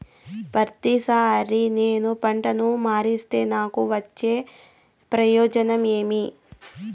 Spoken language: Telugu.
ప్రతిసారి నేను పంటను మారిస్తే నాకు వచ్చే ప్రయోజనం ఏమి?